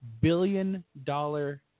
billion-dollar